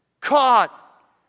caught